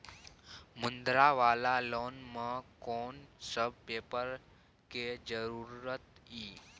मुद्रा वाला लोन म कोन सब पेपर के जरूरत इ?